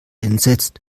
entsetzt